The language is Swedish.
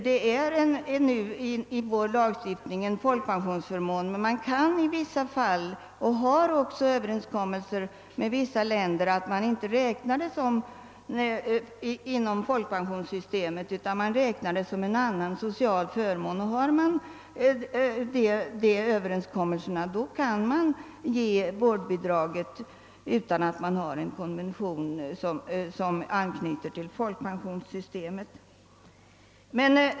I vår lagstiftning är detta bidrag en folkpensionsförmån, men man kan träffa överenskommelser med andra länder — och det har man i vissa fall även gjort — om att inte räkna bidraget som en folkpensionsförmån utan som annan social förmån. Har man en sådan överenskommelse kan man ge vårdbidrag även om man inte har en konvention som anknyter till folkpensionssystemet.